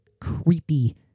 creepy